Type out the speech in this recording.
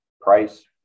price